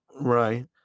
Right